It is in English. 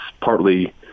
partly